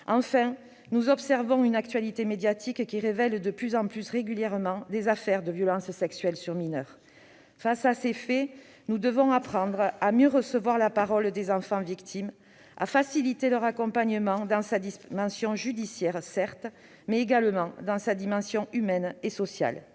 Enfin, nous observons une actualité médiatique qui révèle de plus en plus régulièrement des affaires de violences sexuelles sur mineurs. Face à ces faits, nous devons apprendre à mieux recevoir la parole des enfants victimes, à faciliter leur accompagnement dans sa dimension judiciaire, certes, mais également dans sa dimension humaine et sociale.